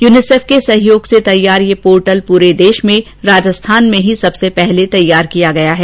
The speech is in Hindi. यूनिसेफ के सहयोग से तैयार यह पोर्टल पूरे देश में राजस्थान में ही सबसे पहले तैयार किया गया है